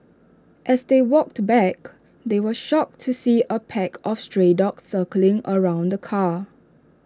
as they walked back they were shocked to see A pack of stray dogs circling around the car